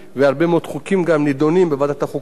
והרבה מאוד חוקים בנושא הזה גם נדונים בוועדת החוקה.